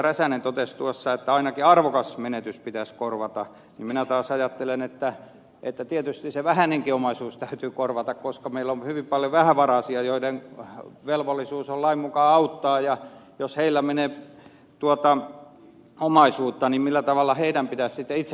räsänen totesi tuossa että ainakin arvokas menetys pitäisi korvata niin minä taas ajattelen että tietysti se vähäinenkin omaisuus täytyy korvata koska meillä on hyvin paljon vähävaraisia joiden velvollisuus on lain mukaan auttaa ja jos heillä menee omaisuutta niin millä tavalla heidän pitäisi sitten itse korvata